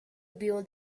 build